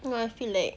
I feel like